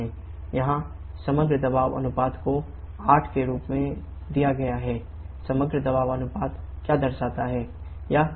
यहां समग्र दबाव अनुपात को 8 के रूप में दिया गया है समग्र दबाव अनुपात क्या दर्शाता है